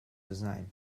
design